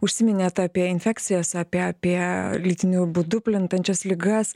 užsiminėte apie infekcijas apie apie lytiniu būdu plintančias ligas